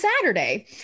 Saturday